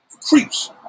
Creeps